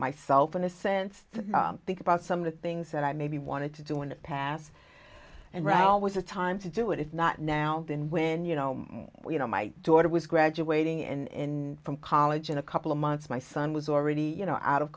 myself in a sense to think about some of the things that i maybe wanted to do in the past and run always a time to do it if not now than when you know you know my daughter was graduating in from college in a couple of months my son was already you know out of